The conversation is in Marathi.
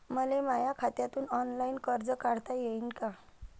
मले माया खात्यातून ऑनलाईन कर्ज काढता येईन का?